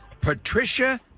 Patricia